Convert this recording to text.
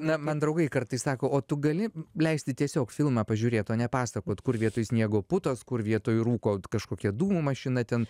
na man draugai kartais sako o tu gali leisti tiesiog filmą pažiūrėt o ne pasakot kur vietoj sniego putos kur vietoj rūko kažkokia dūmų mašina ten